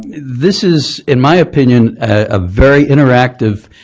this is, in my opinion, a very interactive